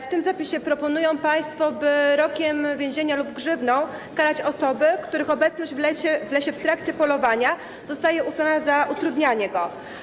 W tym zapisie proponują państwo, by rokiem więzienia lub grzywną karać osoby, których obecność w lesie w trakcie polowania zostaje uznana za utrudnianie go.